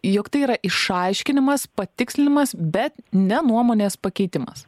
jog tai yra išaiškinimas patikslinimas bet ne nuomonės pakeitimas